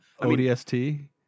ODST